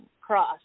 cross